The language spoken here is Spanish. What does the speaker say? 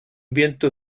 ambiente